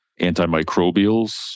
antimicrobials